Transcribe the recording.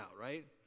right